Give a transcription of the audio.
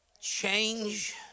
Change